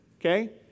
okay